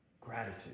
gratitude